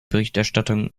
berichterstattung